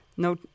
no